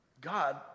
God